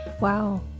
Wow